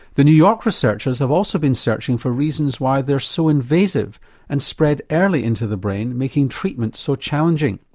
the new york researchers have also been searching for reasons why they are so invasive and spread early into the brain making treatment so challenging.